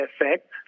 effect